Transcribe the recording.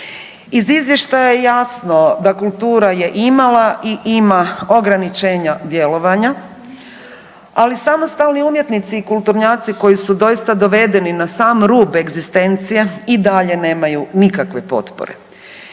Iz Izvještaja je jasno da kultura je imala i ima ograničenja djelovanja, ali samostalni umjetnici i kulturnjaci koji su doista dovedeni na sam rub egzistencije i dalje nemaju nikakve potpore.